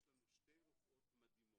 יש לנו שתי רופאות מדהימות,